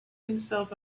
himself